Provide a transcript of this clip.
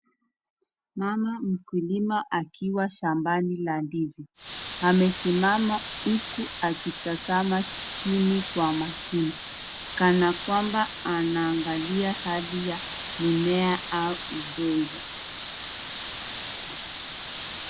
Mama mkulima akiwa shambani la ndizi amesimama huku akitazama chini kwa makini kana kwamba anaangalia hali ya mimea au udongo.